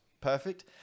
perfect